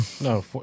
no